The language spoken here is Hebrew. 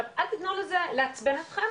אל תתנו לזה לעצבן אתכם,